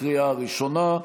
לקריאה הראשונה.